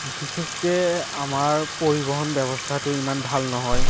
বিশেষকে আমাৰ পৰিবহণ ব্যৱস্থাটো ইমান ভাল নহয়